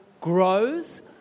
grows